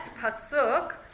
Pasuk